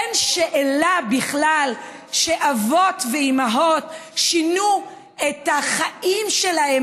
אין שאלה בכלל שאבות ואימהות שינו את החיים שלהם